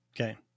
Okay